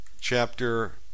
Chapter